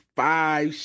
five